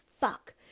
fuck